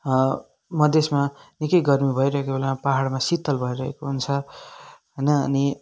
मधेशमा निकै गर्मी भइरहेको बेलामा पहाडमा शीतल भइरहेको हुन्छ होइन अनि